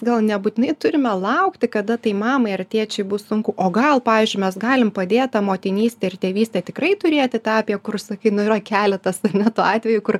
gal nebūtinai turime laukti kada tai mamai ar tėčiui bus sunku o gal pavyzdžiui mes galim padėt tą motinystę ir tėvystę tikrai turėti tą apie kur sakei nu yra keletas ane tų atvejų kur